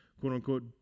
quote-unquote